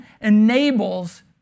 enables